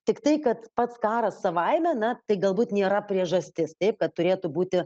tiktai kad pats karas savaime na tai galbūt nėra priežastis taip kad turėtų būti